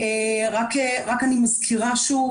אני מזכירה שוב,